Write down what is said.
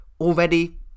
already